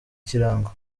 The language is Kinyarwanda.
kirango